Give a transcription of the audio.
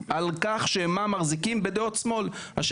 על כך שהם מחזיקים בדעות שמאל אדוני,